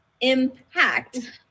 impact